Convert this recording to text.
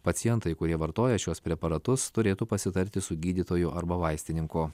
pacientai kurie vartoja šiuos preparatus turėtų pasitarti su gydytoju arba vaistininku